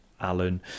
Allen